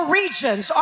regions